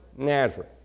Nazareth